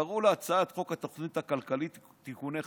קראו לה: הצעת חוק התוכנית הכלכלית (תיקוני חקיקה).